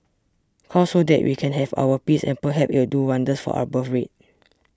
cull so that we can have our peace and perhaps it'll do wonders for our birthrate